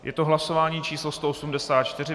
Je to hlasování číslo 184.